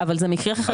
אבל זה מקרה חריג.